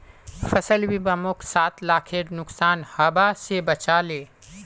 फसल बीमा मोक सात लाखेर नुकसान हबा स बचा ले